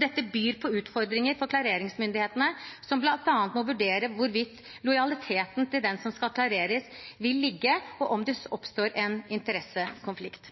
Dette byr på utfordringer for klareringsmyndighetene, som bl.a. må vurdere hvor lojaliteten til den som skal klareres, vil ligge, og om det oppstår en interessekonflikt.